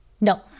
No